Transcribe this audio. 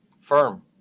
firm